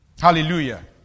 Hallelujah